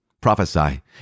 prophesy